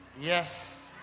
Yes